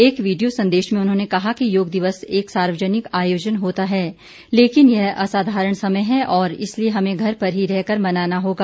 एक वीडियो संदेश में उन्होंने कहा कि योग दिवस एक सार्वजनिक आयोजन होता है लेकिन यह असाधारण समय है और इसलिए हमें घर पर ही रहकर मनाना होगा